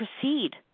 proceed